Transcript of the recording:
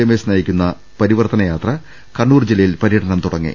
രമേശ് നയിക്കുന്ന പരിവർത്തനയാത്ര കണ്ണൂർ ജില്ലയിൽ പര്യടനം തുടങ്ങി